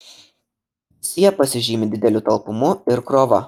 visi jie pasižymi dideliu talpumu ir krova